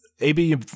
AB